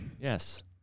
Yes